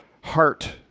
heart